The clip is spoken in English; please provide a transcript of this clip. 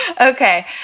Okay